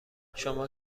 شما